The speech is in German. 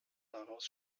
daraus